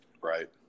right